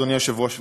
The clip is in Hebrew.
אדוני היושב-ראש,